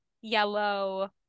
yellow